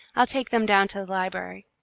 i'll take them down to the library.